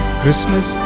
Christmas